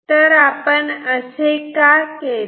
तर आपण असे का केले